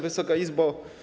Wysoka Izbo!